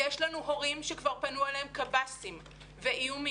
יש לנו הורים שכבר פנו אליהם קב"סים ואיומים.